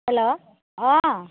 hello अ